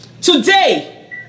Today